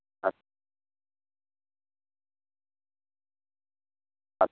আচ্ছা আচ্ছা